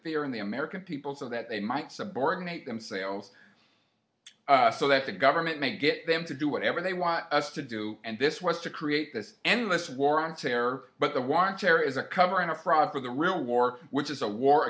fear in the american people so that they might subordinate them sales so that the government may get them to do whatever they want us to do and this was to create this endless war on terror but the war on terror is a cover and a fraud for the real war which is a war